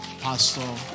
Pastor